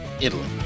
Italy